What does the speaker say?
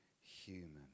human